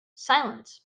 silence